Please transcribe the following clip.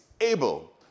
able